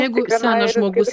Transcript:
jeigu senas žmogus